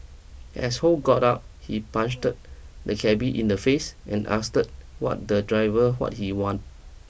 as Ho got out he punched the cabby in the face and asked the driver what he wanted